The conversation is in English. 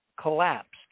collapsed